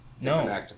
No